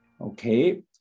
Okay